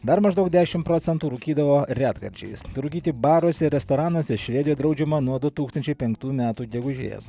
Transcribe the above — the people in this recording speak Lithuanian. dar maždaug dešim procentų rūkydavo retkarčiais rūkyti baruose restoranuose švedijoj draudžiama nuo du tūkstančiai penktų metų gegužės